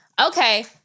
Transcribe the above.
okay